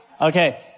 Okay